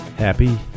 Happy